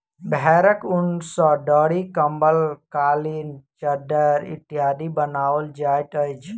भेंड़क ऊन सॅ दरी, कम्बल, कालीन, चद्दैर इत्यादि बनाओल जाइत अछि